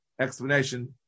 explanation